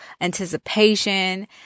anticipation